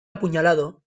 apuñalado